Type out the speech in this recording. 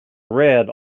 red